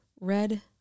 Red